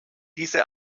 diese